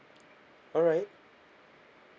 alright